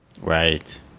Right